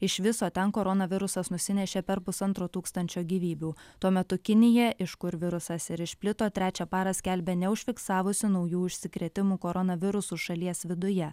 iš viso ten koronavirusas nusinešė per pusantro tūkstančio gyvybių tuo metu kinija iš kur virusas ir išplito trečią parą skelbia neužfiksavusi naujų užsikrėtimų koronavirusu šalies viduje